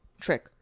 trick